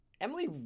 Emily